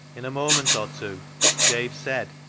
in a moment or two jabe said,